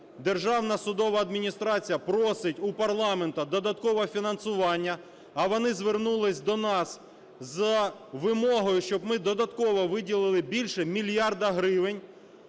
Державна судова адміністрація просить у парламенту додаткове фінансування. А вони звернулись до нас з вимогою, щоб ми додатково виділили більше мільярда гривень,